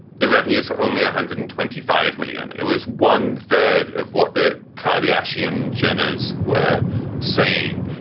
the revenue for only one ah hundred and twenty five million, it was one third of what the car, the ashley and gena's were saying.